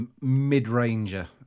mid-ranger